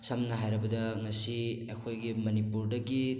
ꯁꯝꯅ ꯍꯥꯏꯔꯕꯗ ꯉꯁꯤ ꯑꯩꯈꯣꯏꯒꯤ ꯃꯅꯤꯄꯨꯔꯗꯒꯤ